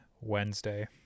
wednesday